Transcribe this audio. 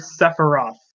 Sephiroth